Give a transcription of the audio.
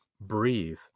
breathe